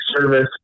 service